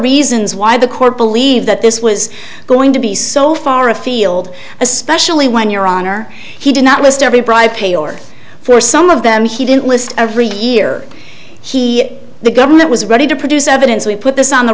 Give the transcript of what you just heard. reasons why the court believe that this was going to be so far afield especially when your honor he did not list every bribe pay or for some of them he didn't list every year he the government was ready to produce evidence we put this on the